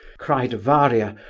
cried varia,